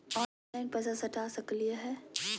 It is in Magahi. ऑनलाइन पैसा सटा सकलिय है?